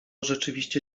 rzeczywiście